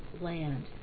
land